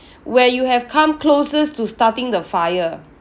where you have come closest to starting the fire